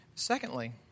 Secondly